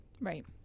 Right